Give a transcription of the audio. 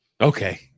okay